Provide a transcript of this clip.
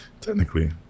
Technically